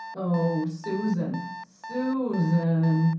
oh, susan, susan!